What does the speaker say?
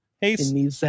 Hey